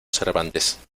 cervantes